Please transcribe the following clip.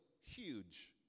huge